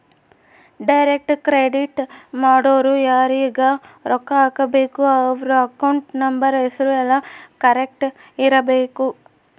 direct credit ಮಾಡೊರು ಯಾರೀಗ ರೊಕ್ಕ ಹಾಕಬೇಕು ಅವ್ರ ಅಕೌಂಟ್ ನಂಬರ್ ಹೆಸರು ಯೆಲ್ಲ ಕರೆಕ್ಟ್ ಇರಬೇಕು